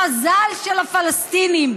המזל של הפלסטינים,